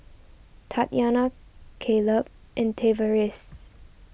Tatyanna Kaleb and Tavaris